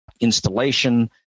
installation